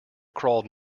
crawled